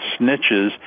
snitches